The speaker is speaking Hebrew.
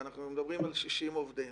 ואנחנו מדברים על 60 עובדים,